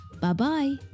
Bye-bye